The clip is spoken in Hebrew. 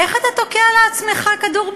איך אתה תוקע לעצמך כדור ברגל?